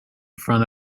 front